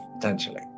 potentially